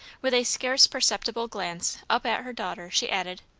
with a scarce perceptible glance up at her daughter, she added,